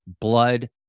blood